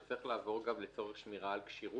זו הדרכה שצריך לעבור גם לצורך שמירה על כשירות?